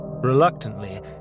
Reluctantly